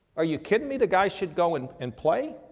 are you kidding me? the guy should go and, and play?